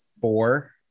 four